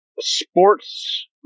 sports